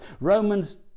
Romans